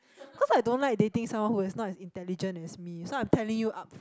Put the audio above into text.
cause I don't like dating someone who is not as intelligent as me so I am telling you up